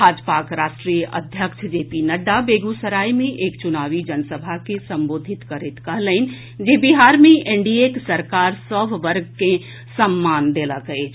भाजपाक राष्ट्रीय अध्यक्ष जे पी नड्डा बेगूसराय मे एक चुनावी जनसभा के संबोधित करैत कहलनि जे बिहार मे एनडीएक सरकार सभ वर्ग के सम्मान देलक अछि